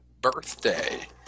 birthday